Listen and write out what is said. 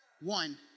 One